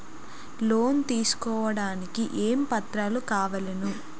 Loan తీసుకోడానికి ఏమేం పత్రాలు కావలెను?